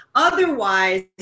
Otherwise